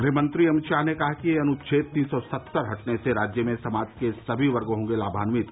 गृहमंत्री अमित शाह ने कहा अनुच्छेद तीन सौ सत्तर हटाने से राज्य में समाज के सभी वर्ग होंगे लाभान्वित